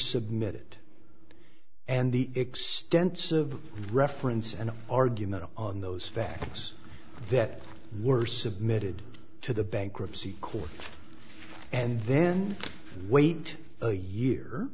submitted and the extensive reference and argument on those facts that were submitted to the bankruptcy court and then wait a year